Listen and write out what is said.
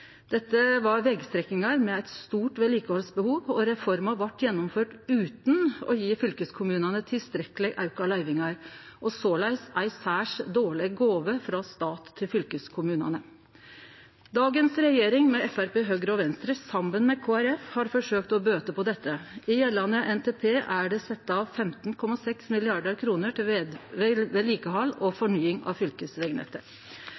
Dette var vegstrekningar med eit stort vedlikehaldsbehov, og reforma blei gjennomført utan å gje fylkeskommunane tilstrekkeleg auka løyvingar og var såleis ei særs dårleg gåve frå staten til fylkeskommunane. Dagens regjering med Framstegspartiet, Høgre og Venstre har saman med Kristeleg Folkeparti forsøkt å bøte på dette. I gjeldande NTP er det sett av 15,6 mrd. kr til vedlikehald og